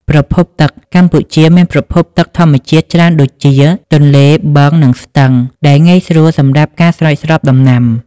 ប្រភពទឹក កម្ពុជាមានប្រភពទឹកធម្មជាតិច្រើនដូចជា ទន្លេ បឹង និងស្ទឹង ដែលងាយស្រួលសម្រាប់ការស្រោចស្រពដំណាំ។